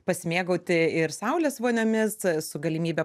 pasimėgauti ir saulės voniomis su galimybe